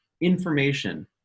information